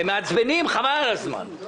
הם מעצבנים, חבל על הזמן.